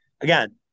again